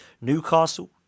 Newcastle